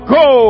go